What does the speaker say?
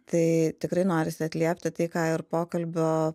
tai tikrai norisi atliepti tai ką ir pokalbio